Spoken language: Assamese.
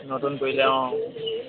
নতুন কৰিলে অঁ